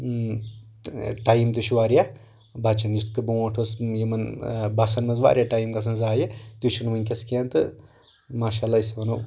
تہٕ ٹایِم تہِ چھُ واریاہ بچان یِتھ کٔنۍ برونٛٹھ اوس یِمن بسن منٛز واریاہ ٹایِم گژھان زایہِ تہِ چھُنہٕ وُنکیٚس کینٛہہ تہٕ ماشاہ اللہ أسۍ ونو